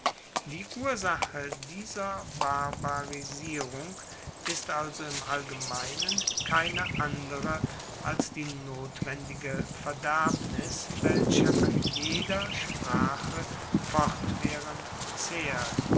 die ursache dieser barbarisierung ist also im allgemeinen keine andere als die notwendige verderbnis welche an jeder sprache fortwaehrend zehrt